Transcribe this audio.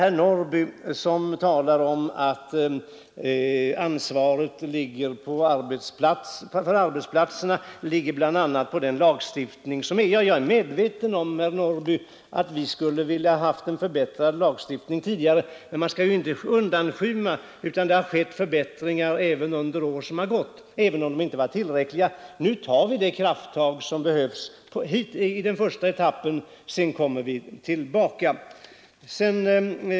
Herr Norrby i Åkersberga talar om att ansvaret för hur arbetsplatserna ser ut vilar på den lagstiftning som finns. Ja, herr Norrby, vi skulle ha velat ha en förbättrad lagstiftning tidigare. Men man skall inte undanskymma att det har skett förbättringar under de år som har gått, även om de inte varit tillräckliga. Nu tar vi det krafttag som behövs i den första etappen, och sedan kommer vi tillbaka.